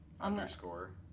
Underscore